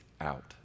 out